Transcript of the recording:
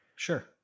Sure